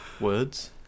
Words